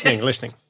listening